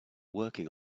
working